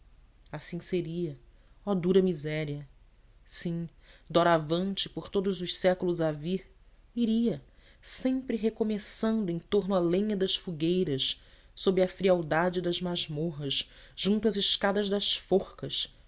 assim seria oh dura miséria sim de ora em diante por todos os séculos a vir iria sempre recomeçando em torno à lenha das fogueiras sob a frialdade das masmorras junto às escadas das forcas